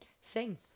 sing